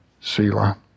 Selah